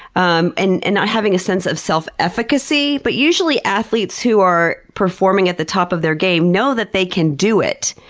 um and and not having a sense of self-efficacy. but usually, athletes who are performing at the top of their game know that they can do it.